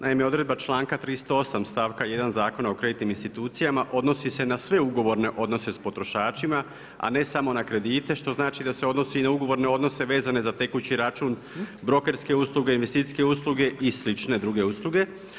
Naime, odredba članka 38. stavka 1. Zakona o kreditnim institucijama odnosi se na sve ugovorne odnose sa potrošačima, a ne samo na kredite što znači da se odnosi i na ugovorne odnose vezane za tekući račun, brokerske usluge, investicijske usluge i slične druge usluge.